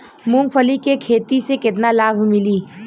मूँगफली के खेती से केतना लाभ मिली?